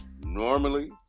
normally